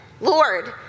Lord